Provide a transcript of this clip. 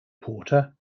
porter